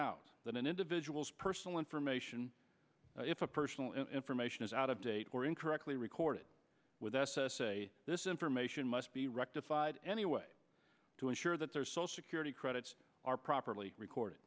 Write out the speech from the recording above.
out that an individual's personal information if a personal information is out of date or incorrectly recorded with s s a this information must be rectified anyway to ensure that there are so security credits are properly recorded